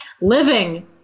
living